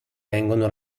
vengono